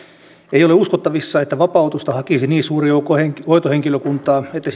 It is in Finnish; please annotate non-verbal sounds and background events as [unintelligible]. ei ole uskottavissa että vapautusta hakisi niin suuri joukko hoitohenkilökuntaa että [unintelligible]